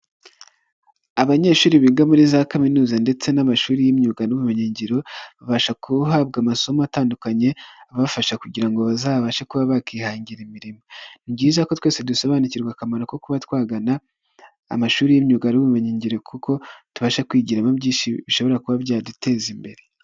Abanyeshuri biga muri za Kaminuza ndetse n'amashuri y'imyuga n'ubumenyingiro, babasha kuhabwa amasomo atandukanye abafasha kugira ngo bazabashe kuba bakihangira imirimo, ni byiza ko twese dusobanukirwa akamaro ko kuba twagana amashuri y'imyuga n'ubumenyiyingiro kuko tubasha kwigira bishobora kuba byaduteza imbere.